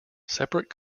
separate